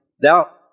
Thou